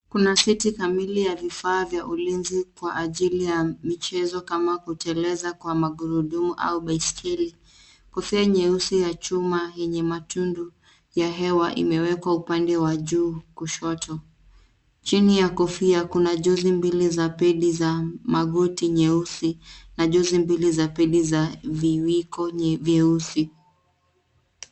Kuna seti kamili ya vifaa vya ulinzi kwa ajili ya michezo kama kuteleza kwa magurudumu au baiskeli. Kofia nyeusi ya chuma yenye matundu ya hewa imewekwa upande wa juu kushoto. Chini ya kofia kuna jozi mbila za pedi za magoti nyeusi na jozi mbili za pedi za viwiko nyeusi.